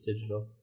digital